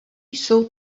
jsou